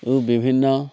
বিভিন্ন